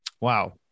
Wow